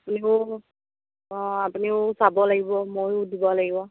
আপুনিও অঁ আপুনিও চাব লাগিব ময়ো দিব লাগিব